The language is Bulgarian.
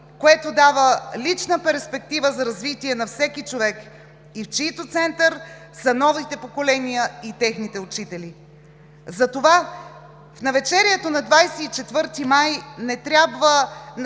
което дава лична перспектива за развитие на всеки човек и в чийто център са новите поколения и техните учители. Затова в навечерието на 24 май трябва не само